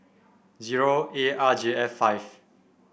zero A R J F five